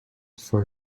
for